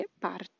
parte